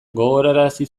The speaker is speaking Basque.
gogorarazi